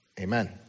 Amen